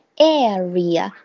area